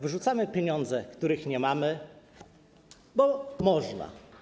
Wyrzucamy pieniądze, których nie mamy, bo można.